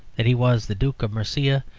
that he was the duke of mercia,